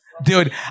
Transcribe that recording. Dude